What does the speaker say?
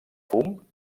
fum